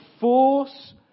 force